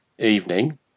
Evening